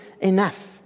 enough